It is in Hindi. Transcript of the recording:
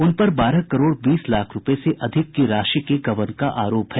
उन पर बारह करोड़ बीस लाख रूपये से अधिक की राशि के गबन का आरोप है